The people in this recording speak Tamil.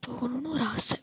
போகணும்னு ஒரு ஆசை